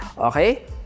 Okay